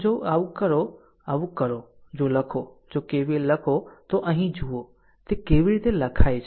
આમ જો આવું કરો આવું કરો જો લખો જો KVL લખો તો અહીં જુઓ તે કેવી રીતે લખાય છે